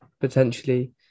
potentially